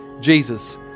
Jesus